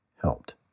helped